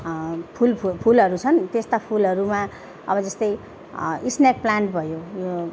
फुल फुल फुलहरू छन् त्यस्ता फुलहरूमा अब जस्तै स्नेक प्लान्ट भयो यो